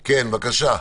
בקצרה.